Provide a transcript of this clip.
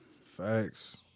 Facts